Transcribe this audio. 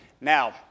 Now